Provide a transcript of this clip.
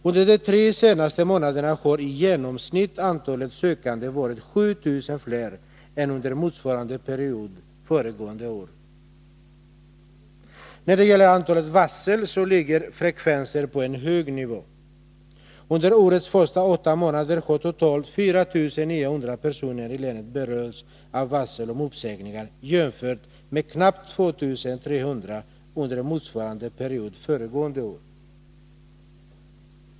Under de tre senaste månaderna har antalet sökande i genomsnitt varit 7 000 fler än under motsvarande period föregående år. När det gäller antalet varsel ligger frekvensen på en hög nivå. Under årets första åtta månader har totalt 4 900 personer i länet berörts av varsel om uppsägningar, jämfört med knappt 2 300 under motsvarande period föregående år.